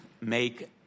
make